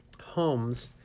homes